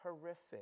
horrific